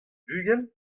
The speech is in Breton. bugel